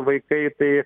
vaikai tai